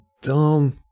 dumb